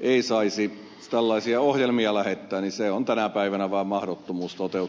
ei saisi tällaisia ohjelmia lähettää se on tänä päivänä vaan mahdottomuus toteuttaa